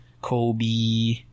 Kobe